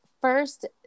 first